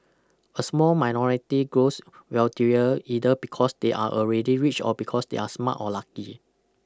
a small minority grows wealthier either because they are already rich or because they are smart or lucky